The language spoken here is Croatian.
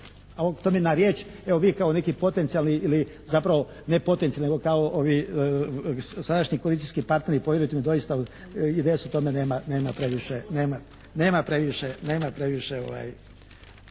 To mi je na riječ, evo vi kao neki potencijalni ili zapravo ne potencijalni nego kao ovi sadašnji koalicijski partneri … /Ne razumije se./ … doista IDS u tome nema previše,